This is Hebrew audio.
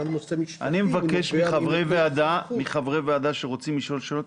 אני מבקש מחברי ועדה שרוצים לשאול שאלות,